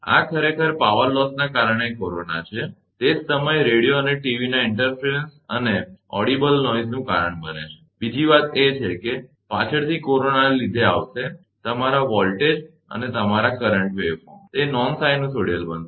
આ ખરેખર પાવર નુકસાનને કારણે કોરોના છે તે જ સમયે રેડિયો અને ટીવીના ઇન્ટરફેરન્સદખલ અને શ્રાવ્ય અવાજનું કારણ બને છે બીજી વાત એ છે કે પાછળથી કોરોનાને લીધે આવશે તમારા વોલ્ટેજ અને તમારા કરંટ વેવ ફોર્મ તરંગ સ્વરૂપ તે નોન સાઇનુસોઇડલ બનશે